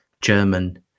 German